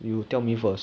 orh